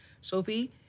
Sophie